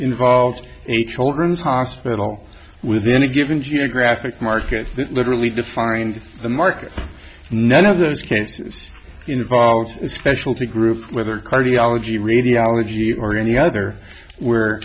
involved a children's hospital within a given geographic markets literally defined the market none of those cases involve a specialty group whether cardiology radiology or any other where